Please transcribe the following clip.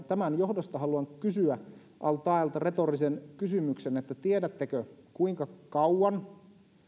tämän johdosta haluan kysyä al taeelta retorisen kysymyksen tiedättekö kuinka kauan